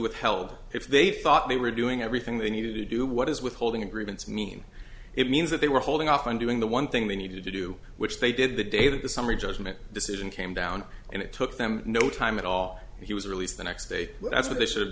withheld if they thought they were doing everything they needed to do what is withholding agreements mean it means that they were holding off on doing the one thing they needed to do which they did the day that the summary judgment decision came down and it took them no time at all he was released the next day that's what they should have